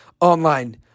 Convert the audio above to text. online